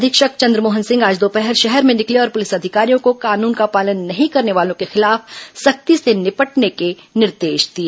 अधीक्षक चंद्रमोहन सिंह आज दोपहर शहर में निकले और पुलिस अधिकारियों को कानून का पालन पुलिस नहीं करने वालों के खिलाफ सख्ती से निपटने के निर्देश दिए